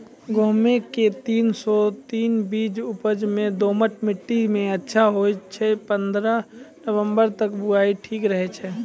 गेहूँम के तीन सौ तीन बीज उपज मे दोमट मिट्टी मे अच्छा होय छै, पन्द्रह नवंबर तक बुआई ठीक रहै छै